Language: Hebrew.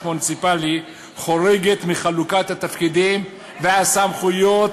מוניציפלי חורגת מחלוקת התפקידים והסמכויות,